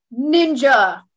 Ninja